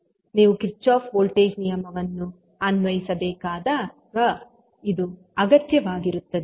ನೀವು Kirchhoff voltage Kirchoff's voltage ನಿಯಮವನ್ನು ಅನ್ವಯಿಸಬೇಕಾದಾಗ ಇದು ಅಗತ್ಯವಾಗಿರುತ್ತದೆ